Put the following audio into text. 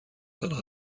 آنها